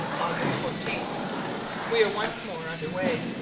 august fourteen point we are once more under weigh,